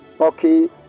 okay